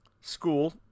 school